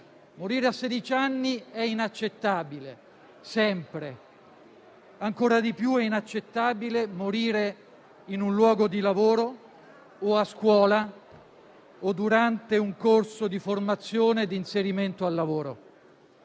Morire a sedici anni è inaccettabile. Sempre. Ancora di più è inaccettabile morire in un luogo di lavoro o a scuola o durante un corso di formazione e di inserimento al lavoro.